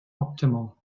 optimal